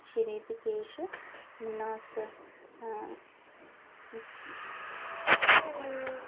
Shri Rakesh Manhas